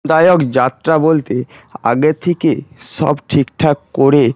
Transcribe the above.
যাই হোক যাত্রা বলতে আগের থেকে সব ঠিকঠাক করে